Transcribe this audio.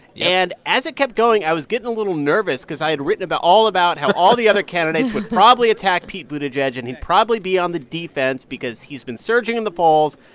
and as it kept going, i was getting a little nervous cause i had written about all about how all the other candidates would probably attack pete buttigieg, and he'd probably be on the defense because he's been surging in the polls.